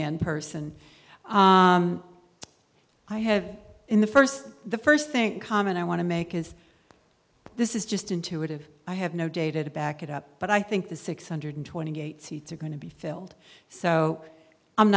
minuteman person i have in the first the first thing in common i want to make is this is just intuitive i have no data to back it up but i think the six hundred twenty eight seats are going to be filled so i'm